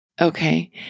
Okay